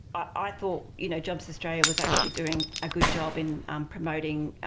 i thought you know jobs australia was actually doing a good job in um promoting,